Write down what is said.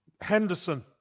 Henderson